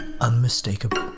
unmistakable